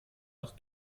nach